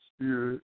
spirit